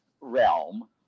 realm